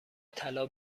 طلا